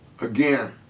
Again